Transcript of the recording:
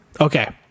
Okay